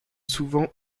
souvent